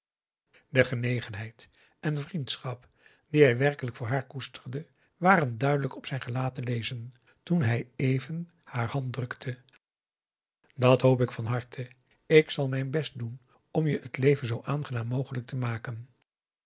de genegenheid en vriendschap die hij werkelijk voor haar koesterde waren duidelijk op zijn gelaat te lezen toen hij even haar hand drukte dat hoop ik van harte ik zal mijn best doen om je het leven zoo aangenaam mogelijk te maken